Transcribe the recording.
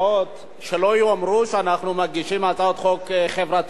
שלא יאמרו שאנחנו מגישים הצעות חוק חברתיות כאלה